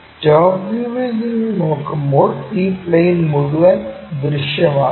top വ്യൂവിൽ നിന്ന് നോക്കുമ്പോൾ ഈ പ്ലെയിൻ മുഴുവൻ ദൃശ്യമാകും